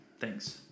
Thanks